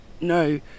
no